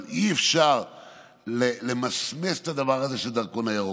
אבל אי-אפשר למסמס את הדבר הזה של הדרכון הירוק,